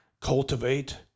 cultivate